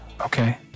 Okay